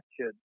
action